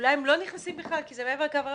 אולי הם לא נכנסים בכלל, כי זה מעבר לקו הירוק.